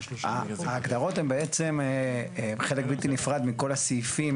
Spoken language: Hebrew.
ההגדרות הן בעצם חלק בלתי נפרד מכל הסעיפים